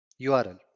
url